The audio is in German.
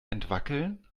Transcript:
entwackeln